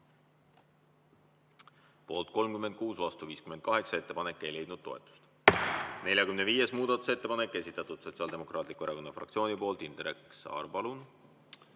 Poolt 36, vastu 58. Ettepanek ei leidnud toetust.45. muudatusettepanek, esitatud Sotsiaaldemokraatliku Erakonna fraktsiooni poolt. Indrek Saar, palun!